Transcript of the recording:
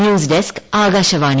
news desk Akashvani